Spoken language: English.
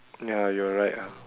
ya you're right ah